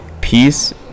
Peace